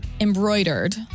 embroidered